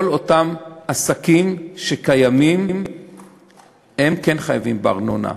כל אותם עסקים שקיימים כן חייבים בארנונה,